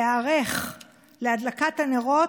להיערך להדלקת הנרות,